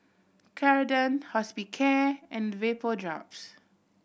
Ceradan Hospicare and Vapodrops